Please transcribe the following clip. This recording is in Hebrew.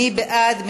מי בעד?